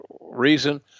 reason